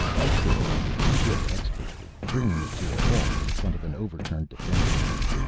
dixon landed his ship expertly, bringing it to a halt in front of an overturned defense tower.